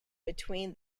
between